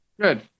Good